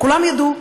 כולם ידעו.